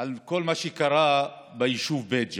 על כל מה שקרה ביישוב בית ג'ן.